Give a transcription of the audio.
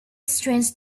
strange